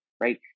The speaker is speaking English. right